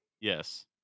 Yes